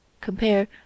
Compare